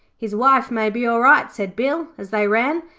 his wife may be all right said bill as they ran,